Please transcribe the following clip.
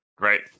right